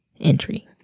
entry